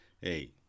hey